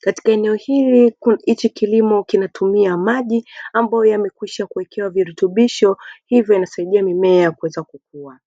katika eneo hili hichi kilimo kinatumia maji ambayo yamekwisha kuwekewa virutubisho hivyo inasaidia mimea kuweza kukua.